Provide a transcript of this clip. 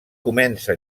comença